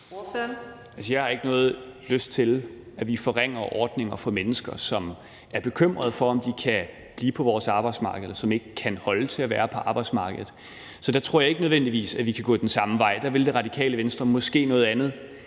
jeg har ikke nogen lyst til, at vi forringer ordninger for mennesker, som er bekymrede for, om de kan blive på vores arbejdsmarked, eller som ikke kan holde til at være på arbejdsmarkedet. Så der tror jeg ikke nødvendigvis, at vi kan gå den samme vej. Der vil Radikale Venstre måske noget andet,